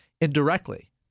indirectly